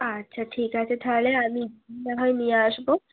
আচ্ছা ঠিক আছে তাহলে আমি নাহয় নিয়ে আসবো